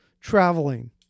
traveling